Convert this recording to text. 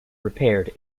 repaired